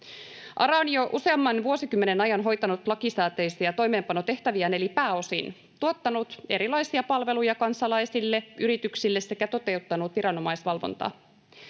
ARA on jo useamman vuosikymmenen ajan hoitanut lakisääteisiä toimeenpanotehtäviään eli pääosin tuottanut erilaisia palveluja kansalaisille ja yrityksille sekä toteuttanut viranomaisvalvontaa.